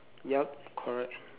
yup correct